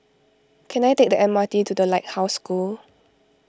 can I take the M R T to the Lighthouse School